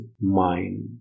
mind